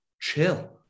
chill